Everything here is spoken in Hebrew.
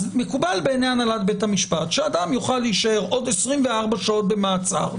מקובל בעיניי הנהלת בתי המשפט שאדם יוכל להישאר עוד 24 שעות במעצר.